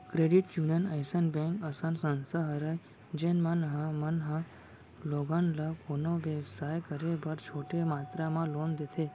credit union अइसन bank असन संस्था हरय जेन मन ह मन ह लोगन ल कोनो बेवसाय करे बर छोटे मातरा म लोन देथे